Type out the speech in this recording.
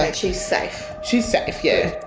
and she's safe? she's safe, yeah.